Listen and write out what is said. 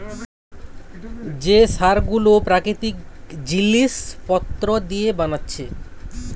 যে সার গুলো প্রাকৃতিক জিলিস পত্র দিয়ে বানাচ্ছে